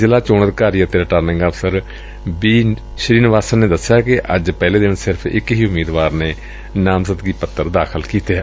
ਜ਼ਿਲ੍ਹਾ ਚੋਣ ਅਧਿਕਾਰੀ ਅਤੇ ਰਿਟਰਨਿੰਗ ਅਫਸਰ ਬੀ ਸ੍ਰੀਨਿਵਾਸਨ ਨੇ ਦਸਿਆ ਕਿ ਅੱਜ ਪਹਿਲੇ ਦਿਨ ਸਿਰਫ਼ ਇਕ ਹੀ ਉਮੀਦਵਾਰ ਨੇ ਨਾਮਜ਼ਦਗੀ ਪੱਤਰ ਦਾਖਲ ਕੀਤੈ